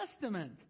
Testament